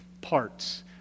parts